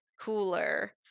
cooler